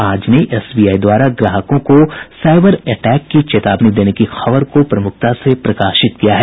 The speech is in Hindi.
आज ने एसबीआई द्वारा ग्राहकों को साईबर अटैक की चेतावनी देने की खबर को प्रमुखता से प्रकाशित किया है